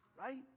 right